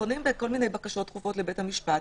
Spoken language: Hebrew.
פונים בכל מיני בקשות דחופות לבתי המשפט,